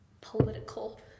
political